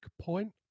point